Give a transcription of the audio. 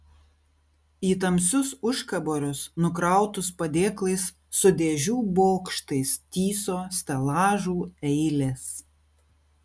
į tamsius užkaborius nukrautus padėklais su dėžių bokštais tįso stelažų eilės